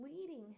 leading